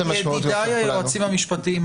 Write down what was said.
ידידיי היועצים המשפטיים,